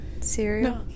cereal